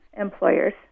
employers